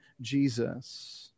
Jesus